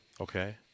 okay